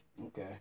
Okay